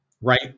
right